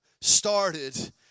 started